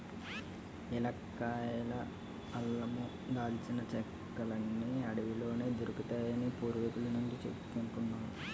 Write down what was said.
ఏలక్కాయలు, అల్లమూ, దాల్చిన చెక్కలన్నీ అడవిలోనే దొరుకుతాయని పూర్వికుల నుండీ సెప్పుకుంటారు